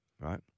right